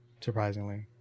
surprisingly